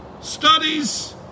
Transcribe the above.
studies